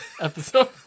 episode